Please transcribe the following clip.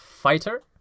fighter